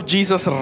Jesus